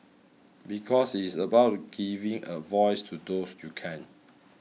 because it is about giving a voice to those you can't